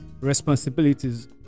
responsibilities